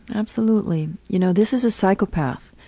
absolutely. you know, this is a psychopath.